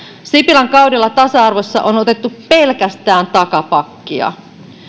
sipilän kaudella tasa arvossa on otettu pelkästään takapakkia